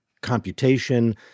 computation